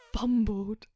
fumbled